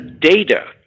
data